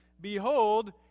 Behold